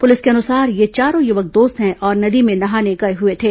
police के अनुसार ये चारों युवक दोस्त हैं और नदी में नहाने गए हुए थे